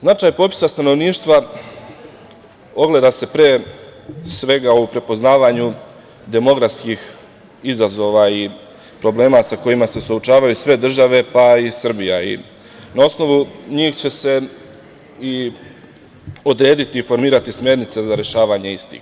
Značaj popisa stanovništva ogleda se pre svega u prepoznavanju demografskih izazova i problema sa kojima se suočavaju sve države, pa i Srbija i na osnovu njih će se i odrediti i formirati smernice za rešavanje istih.